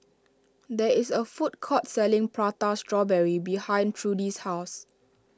there is a food court selling Prata Strawberry behind Trudy's house